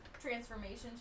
transformation